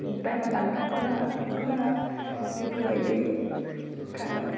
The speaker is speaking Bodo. टाइमआ दानो थांथ'नाङा थांथ'नाङा बेफोरबायदि थाङो